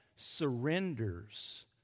surrenders